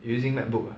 you using MacBook ah